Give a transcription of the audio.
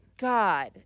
God